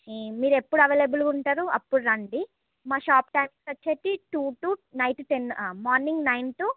మీరు ఎప్పుడు అవైలబుల్ ఉంటారు అప్పుడు రండి మా షాప్ టైమింగ్ వచ్చేసి to to night ten morning nine to